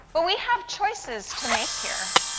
but we have choices to make here.